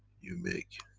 you make